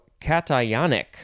cationic